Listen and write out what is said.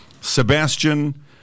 Sebastian